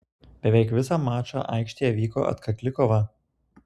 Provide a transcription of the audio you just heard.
beveik visą mačą aikštėje vyko atkakli kova